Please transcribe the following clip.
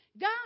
God